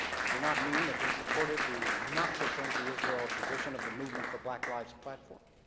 we do not mean that we supported the noxious anti-israel position of the movement for black lives platform